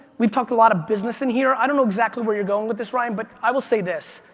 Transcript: we've talked a lot of business in here. i don't know exactly where you're going with this, ryan, but i will say this.